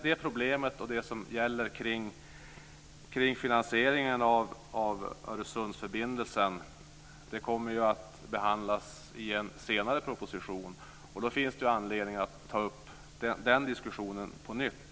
Det problemet och det som gäller kring finansieringen av Öresundsförbindelsen kommer att behandlas i en senare proposition, och då finns det anledning att ta upp den diskussionen på nytt.